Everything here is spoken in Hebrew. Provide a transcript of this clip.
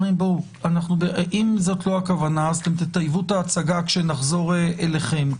אם זאת לא הכוונה אז אתם תטייבו את ההצגה כשנחזור אליכם.